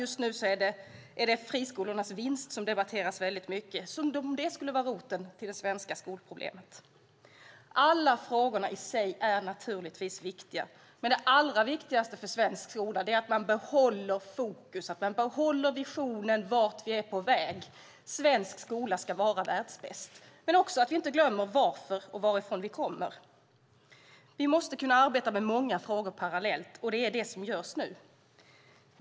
Just nu är det friskolornas vinst som debatteras mycket, som om det skulle vara roten till det svenska skolproblemet. Alla frågor är naturligtvis viktiga i sig, men det allra viktigaste för svensk skola är att man behåller fokus, att man behåller visionen om vart vi är på väg. Svensk skola ska vara världsbäst, men vi ska inte glömma varför och varifrån vi kommer. Vi måste kunna arbeta med många frågor parallellt, och det är vad som nu sker.